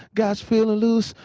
gotcha feeling loose.